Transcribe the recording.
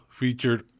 featured